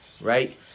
right